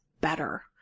better